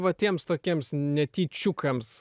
va tiems tokiems netyčiukams